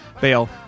bail